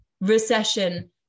recession